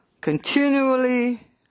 continually